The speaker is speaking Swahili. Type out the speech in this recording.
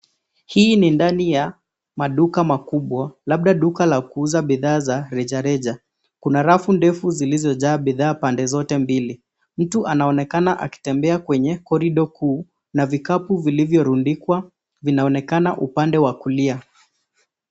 Hii ni ndani ya maduka makubwa, labda duka la kuuza bidhaa za rejareja. Kuna rafu ndefu zilizojaa bidhaa pande zote mbili. Mtu anaonekana akitembea kwenye korido kuu na vikapu viivyo rundikwa vinaonekana upande wa kulia.